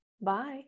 Bye